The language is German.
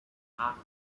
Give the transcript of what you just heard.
acht